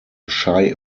shy